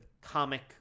comic